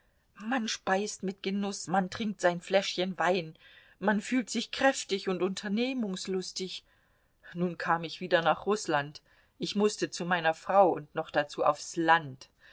man speist mit genuß man trinkt sein fläschchen wein man fühlt sich kräftig und unternehmungslustig nun kam ich wieder nach rußland ich mußte zu meiner frau und noch dazu aufs land